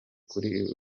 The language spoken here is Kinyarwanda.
kuri